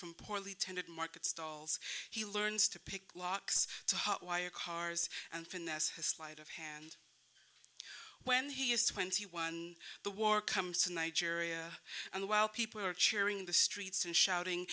from poorly tended market stalls he learns to pick locks to hotwire cars and finesse his slight of hand when he is twenty one the war comes to nigeria and while people are cheering the streets and shouting